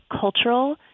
cultural